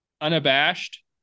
unabashed